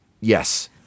Yes